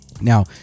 now